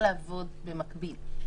יוכל לעבוד במקביל?